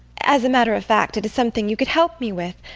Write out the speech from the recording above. as a matter of fact, it is something you could help me with.